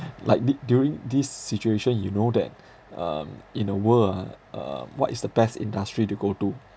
like di~ during this s~ situation you know that um in the world ah uh what is the best industry to go to